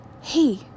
Hey